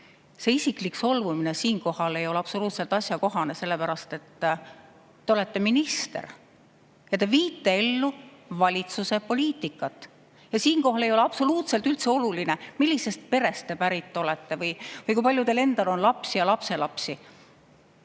see isiklik solvumine siinkohal ei ole absoluutselt asjakohane, sellepärast et te olete minister ja te viite ellu valitsuse poliitikat. Ja siinkohal ei ole absoluutselt oluline, millisest perest te pärit olete või kui palju teil endal on lapsi ja lapselapsi.